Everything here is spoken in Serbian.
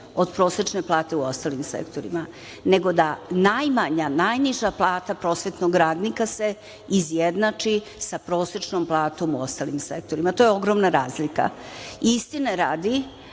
od prosečne plate u ostalim sektorima, nego da najmanja, najniža plata prosvetnog radnika se izjednači sa prosečnom platom u ostalim sektorima. To je ogromna razlika. Istine radi,